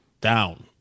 down